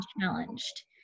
challenged